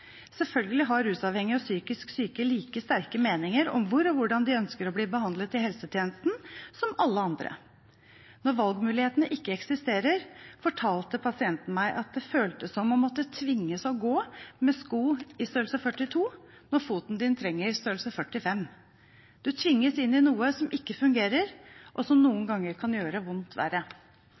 Selvfølgelig har rusavhengige og psykisk syke like sterke meninger som alle andre om hvor og hvordan de ønsker å bli behandlet i helsetjenesten. Når valgmulighetene ikke eksisterer, fortalte pasienten meg at det føltes som å måtte tvinges til å gå rundt med sko i størrelse 42 når foten trenger størrelse 45. Man tvinges inn i noe som ikke fungerer, og som noen ganger kan gjøre vondt verre.